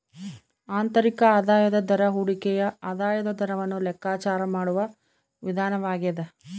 ಆಂತರಿಕ ಆದಾಯದ ದರ ಹೂಡಿಕೆಯ ಆದಾಯದ ದರವನ್ನು ಲೆಕ್ಕಾಚಾರ ಮಾಡುವ ವಿಧಾನವಾಗ್ಯದ